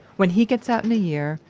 when he gets out in a year,